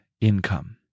income